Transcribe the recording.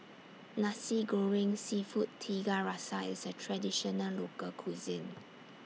Nasi Goreng Seafood Tiga Rasa IS A Traditional Local Cuisine